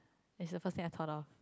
it is the first thing I thought of